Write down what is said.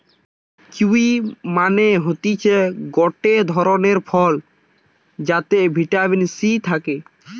kiwi মানে হতিছে গটে ধরণের ফল যাতে ভিটামিন সি থাকে